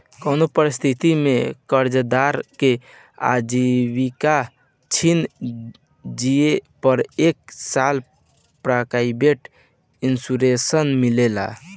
कउनो परिस्थिति में कर्जदार के आजीविका छिना जिए पर एक साल प्रोटक्शन इंश्योरेंस मिलेला